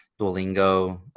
Duolingo